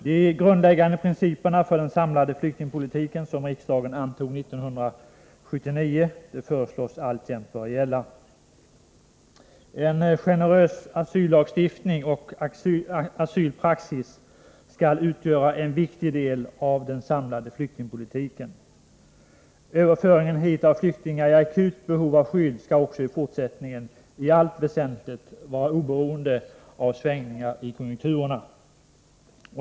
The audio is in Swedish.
De grundläggande principer för den samlade flyktingpolitiken som riksdagen antog 1979 bör alltjämt gälla. En generös asyllagstiftning och asylpraxis skall utgöra en viktig del av den samlade flyktingpolitiken. Överföringen hit av flyktingar i akut behov av skydd skall också i fortsättningen i allt väsentligt vara oberoende av svängningar i konjunkturerna.